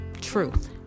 truth